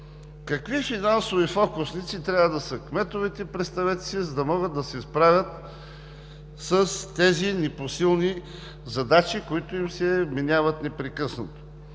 какви финансови фокусници трябва да са кметовете, за да могат да се справят с тези непосилни задачи, които им се вменяват непрекъснато.